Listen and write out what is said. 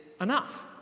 enough